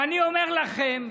אני אומר לכם,